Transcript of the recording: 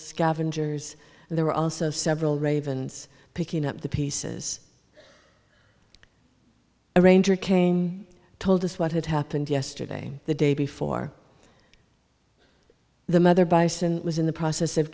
scavengers and there were also several ravens picking up the pieces a ranger came told us what had happened yesterday the day before the mother bison was in the process of